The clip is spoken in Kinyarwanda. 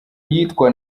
yitwa